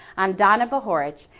i'm donna bahorich,